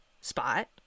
spot